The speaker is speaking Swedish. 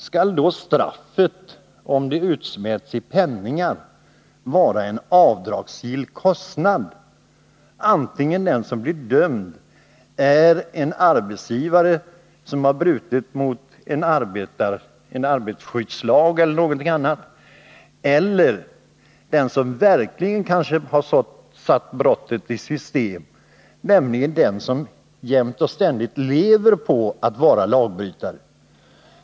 Skall då ett straff, om det utmäts i penningar, vara en avdragsgill kostnad för en arbetsgivare som blir dömd för att han har brutit mot en arbetarskyddslag? Frågan är än mer berättigad när det gäller en person som kanske har satt brottet i system, som lever på att jämt och ständigt vara lagbrytare.